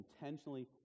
intentionally